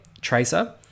Tracer